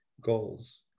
goals